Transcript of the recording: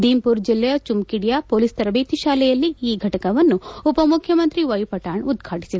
ದೀಮ್ಪುರ್ ಜಿಲ್ಲೆಯ ಚುಮುಕಿಡಿಮಾ ಪೊಲೀಸ್ ತರಬೇತಿ ಶಾಲೆಯಲ್ಲಿ ಈ ಘಟಕವನ್ನು ಉಪಮುಖ್ಯಮಂತ್ರಿ ವ್ಯೆಪಕಾಣ್ ಉದ್ವಾಟಿಸಿದರು